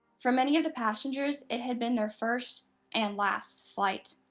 for many of the passengers, it had been their first and last flight.